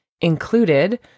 included